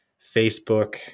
Facebook